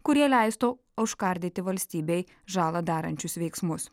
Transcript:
kurie leistų užkardyti valstybei žalą darančius veiksmus